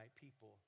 people